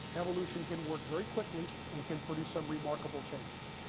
evolution can work very quickly, and can produce some remarkable changes.